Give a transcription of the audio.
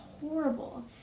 horrible